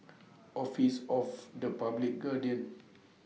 Office of The Public Guardian